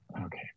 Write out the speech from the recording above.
Okay